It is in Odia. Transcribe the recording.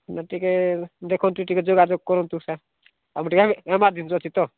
ନା ଟିକେ ଦେଖନ୍ତୁ ଟିକେ ଯୋଗାଯୋଗ କରନ୍ତୁ ସାର୍ ଆମର ଟିକେ ଏମରଜେନ୍ସି ଅଛି ତ